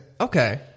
Okay